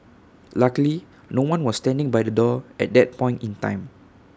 luckily no one was standing by the door at that point in time